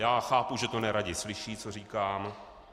Já chápu, že to neradi slyší, co říkám.